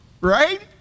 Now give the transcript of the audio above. Right